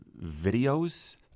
videos